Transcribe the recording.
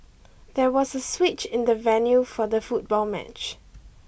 there was a switch in the venue for the football match